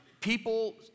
people